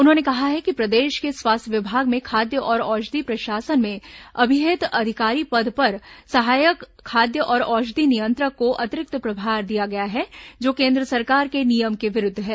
उन्होंने कहा है कि प्रदेश के स्वास्थ्य विभाग में खाद्य और औषधि प्रशासन में अभिहित अधिकारी पद पर सहायक खाद्य और औषधि नियंत्रक को अतिरिक्त प्रभार दिया गया है जो केन्द्र सरकार के नियम के विरूद्व है